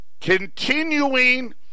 Continuing